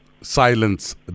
silence